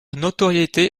notoriété